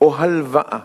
או הלוואה